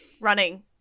running